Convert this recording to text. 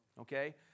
Okay